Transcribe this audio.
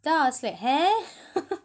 then I was like heh